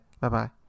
Bye-bye